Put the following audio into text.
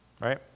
right